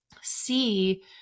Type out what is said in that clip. see